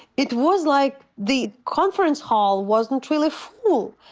it was like the conference hall wasn't really full,